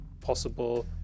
possible